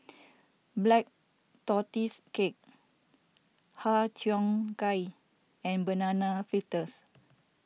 Black Tortoise Cake Har Cheong Gai and Banana Fritters